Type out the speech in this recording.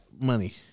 money